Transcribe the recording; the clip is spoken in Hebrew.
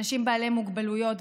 אנשי בעלי מוגבלויות,